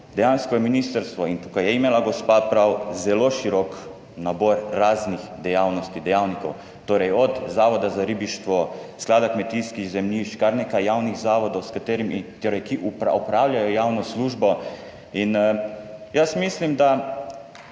dejansko je ministrstvo in tukaj je imela gospa prav, zelo širok nabor raznih dejavnosti, dejavnikov; torej od Zavoda za ribištvo, sklada kmetijskih zemljišč, kar nekaj javnih zavodov s katerimi, torej, ki opravljajo javno službo in jaz mislim, da